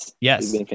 yes